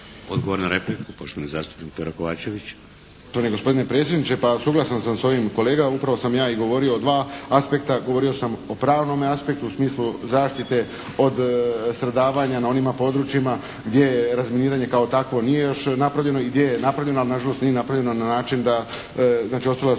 Odgovor na repliku, poštovani zastupnik Pero Kovačević.